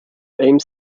aims